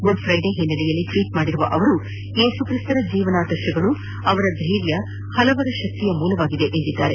Good Friday ಹಿನ್ನೆಲೆಯಲ್ಲಿ tweet ಮಾಡಿರುವ ಅವರು ಏಸುಕ್ರಿಸ್ತರ ಜೀವನ ಹಾಗೂ ಆದರ್ಶಗಳು ಅವರ ಧ್ವೆರ್ಯ ಹಲವರ ಶಕ್ತಿಯ ಮೂಲವಾಗಿದೆ ಎಂದಿದ್ದಾರೆ